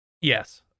Yes